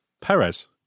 Perez